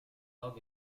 log